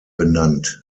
benannt